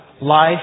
Life